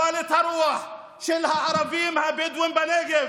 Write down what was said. אבל את הרוח של הערבים הבדואים בנגב